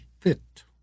fit